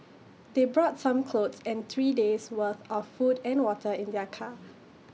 they brought some clothes and three days'worth of food and water in their car